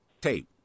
tape